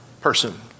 person